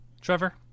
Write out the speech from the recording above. Trevor